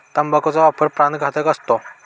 तंबाखूचा वापर प्राणघातक असतो